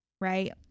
right